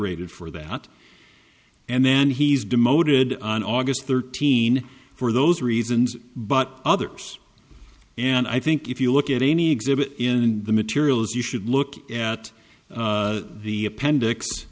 ted for that and then he's demoted on august thirteenth for those reasons but others and i think if you look at any exhibit in the materials you should look at the appendix